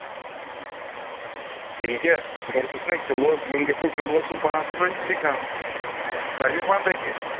تیٚلہِ کیٛاہ گژھیٚس نا کِلوٗ وُنہِ گژھِنا کِلوس منٛز پانٛژترٕٛہ رۄپیہِ تہِ کم رۄپیہِ پنٛژاہ تہِ